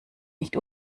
nicht